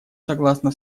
согласно